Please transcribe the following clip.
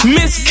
Miss